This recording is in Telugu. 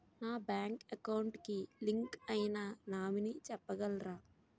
నా బ్యాంక్ అకౌంట్ కి లింక్ అయినా నామినీ చెప్పగలరా?